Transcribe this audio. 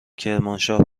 کرمانشاه